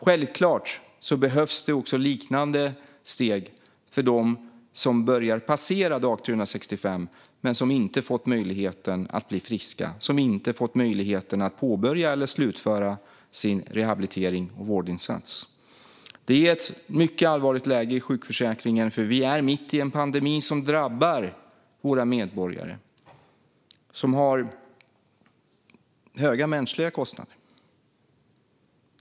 Självklart behövs det också liknande steg för dem som passerar dag 365 men inte fått möjlighet att bli friska och inte fått möjlighet att påbörja eller slutföra sin rehabilitering eller vårdinsats. Det är ett mycket allvarligt läge i sjukförsäkringen, för vi är mitt i en pandemi som drabbar våra medborgare och som har höga mänskliga kostnader.